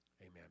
Amen